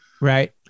Right